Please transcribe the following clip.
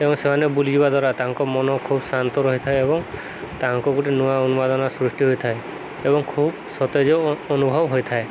ଏବଂ ସେମାନେ ବୁଲିଯିବା ଦ୍ୱାରା ତାଙ୍କ ମନ ଖୁବ ଶାନ୍ତ ରହିଥାଏ ଏବଂ ତାଙ୍କ ଗୋଟେ ନୂଆ ଉନ୍ମାଦନା ସୃଷ୍ଟି ହୋଇଥାଏ ଏବଂ ଖୁବ ସତେଜ ଅନୁଭବ ହୋଇଥାଏ